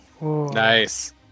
Nice